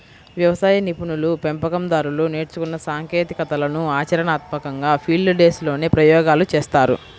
వ్యవసాయ నిపుణులు, పెంపకం దారులు నేర్చుకున్న సాంకేతికతలను ఆచరణాత్మకంగా ఫీల్డ్ డేస్ లోనే ప్రయోగాలు చేస్తారు